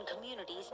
communities